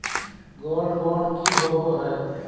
Gold bond की होबो है?